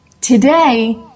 Today